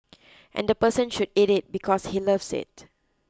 and the person should eat it because he loves it